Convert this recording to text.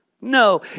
No